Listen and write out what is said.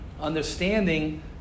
understanding